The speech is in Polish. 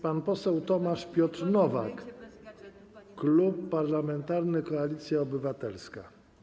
Pan poseł Tomasz Piotr Nowak, Klub Parlamentarny Koalicja Obywatelska.